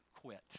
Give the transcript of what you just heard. quit